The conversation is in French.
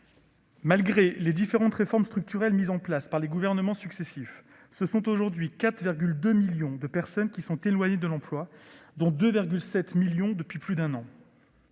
Malgré les différentes réformes structurelles mises en place par les gouvernements successifs, 4,2 millions de personnes sont aujourd'hui éloignées de l'emploi, dont 2,7 millions depuis plus d'un an.